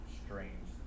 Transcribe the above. strange